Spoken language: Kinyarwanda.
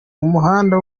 umuhanda